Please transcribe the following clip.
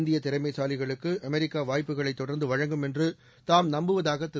இந்திய திறமைசாலிகளுக்கு அமெரிக்கா வாய்ப்புகளை தொடர்ந்து வழங்கும் என்று தாம் நம்புவதாக திரு